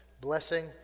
blessing